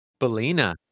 Belina